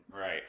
Right